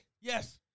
Yes